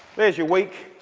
there's your week.